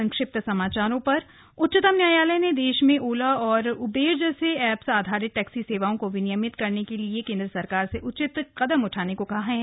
संक्षिप्त समाचार उच्चतम न्यायालय ने देश में ओला और उबर जैसे एप आधारित टैक्सी सेवाओं को विनियमित करने के लिए केन्द्र सरकार से उचित कदम उठाने को कहा है